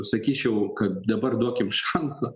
sakyčiau kad dabar duokim šansą